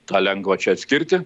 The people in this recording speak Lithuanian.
tą lengva čia atskirti